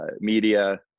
media